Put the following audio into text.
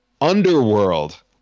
Underworld